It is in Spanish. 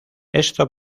esto